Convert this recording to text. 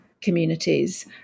communities